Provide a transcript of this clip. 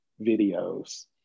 videos